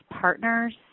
partners